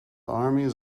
armies